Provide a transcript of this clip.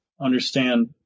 understand